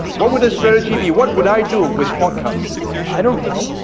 what would the strategy be, what would i do with podcasts i don't know.